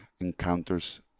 encounters